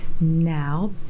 Now